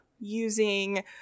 using